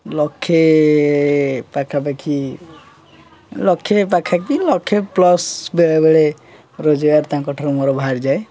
ଲକ୍ଷେ ପାଖାପାଖି ଲକ୍ଷେ ପାଖାପାଖି ଲକ୍ଷେ ପ୍ଲସ୍ ବେଳେବେଳେ ରୋଜଗାର ତାଙ୍କଠାରୁ ମୋର ବାହାରିଯାଏ